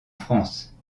france